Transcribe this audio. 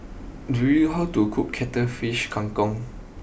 do you how to cook Cuttlefish Kang Kong